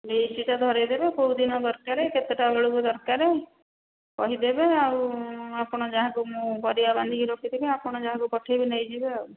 ଲିଷ୍ଟଟା ଧରେଇ ଦେବେ କେଉଁ ଦିନ ଦରକାର କେତେଟା ବେଳକୁ ଦରକାର କହିଦେବେ ଆଉ ଆପଣ ଯାହାକୁ ମୁଁ ପରିବା ବାନ୍ଧିକି ରଖିଦେବି ଆପଣ ଯାହାକୁ ପଠାଇବେ ନେଇଯିବେ ଆଉ